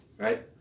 Right